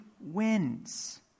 wins